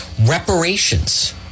reparations